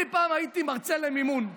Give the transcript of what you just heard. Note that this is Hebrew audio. אני פעם הייתי מרצה למימון,